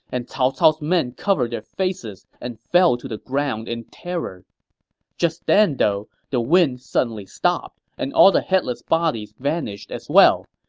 and cao cao's men covered their faces and fell to the ground in terror just then, though, the wind suddenly stopped, and all the headless bodies vanished as well.